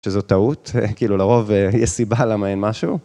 שזו טעות, כאילו, לרוב יש סיבה למה אין משהו.